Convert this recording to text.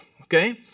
okay